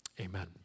Amen